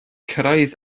cyrraedd